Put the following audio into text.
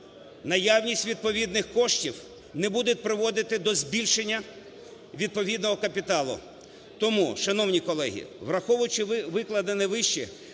наявність відповідних коштів не буде приводити до збільшення відповідного капіталу. Тому, шановні колеги, враховуючи викладене вище,